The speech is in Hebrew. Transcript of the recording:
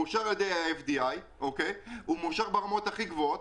מאושר על ידי ה-FDA ומאושר ברמות הכי גבוהות,